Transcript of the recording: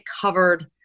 covered